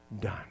done